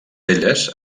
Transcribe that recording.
elles